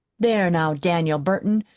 there, now, daniel burton,